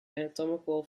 anatomical